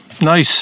nice